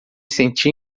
senti